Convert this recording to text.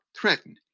threaten